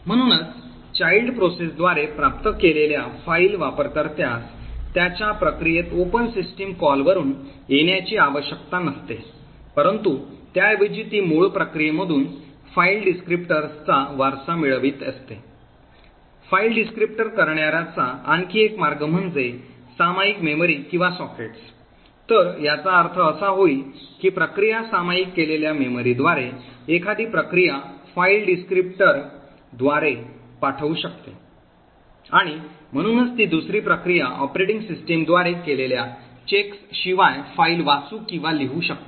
म्हणूनच child process द्वारे प्राप्त केलेल्या फाइल वर्णनकर्त्यास त्याच्या प्रक्रियेत ओपन सिस्टम कॉलवरुन येण्याची आवश्यकता नसते परंतु त्याऐवजी ती मूळ प्रक्रियेमधून फाईल वर्णनकर्त्याचा वारसा मिळवित असते फाईल वर्णन करणार्याचा आणखी एक मार्ग म्हणजे सामायिक मेमरी किंवा सॉकेट्स तर याचा अर्थ असा होईल की प्रक्रिया सामायिक केलेल्या मेमरीद्वारे एखादी प्रक्रिया फाइल डिस्क्रिप्टर पाठवू शकते आणि म्हणूनच ती दुसरी प्रक्रिया ऑपरेटिंग सिस्टमद्वारे केलेल्या checks शिवाय फाइल वाचू किंवा लिहू शकते